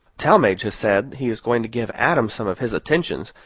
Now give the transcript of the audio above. talmage has said he is going to give adam some of his attentions,